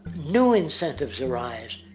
new incentives arise.